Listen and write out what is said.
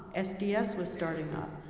sds was starting up.